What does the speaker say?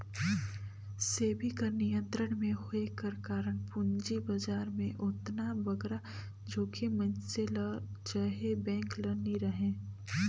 सेबी कर नियंत्रन में होए कर कारन पूंजी बजार में ओतना बगरा जोखिम मइनसे ल चहे बेंक ल नी रहें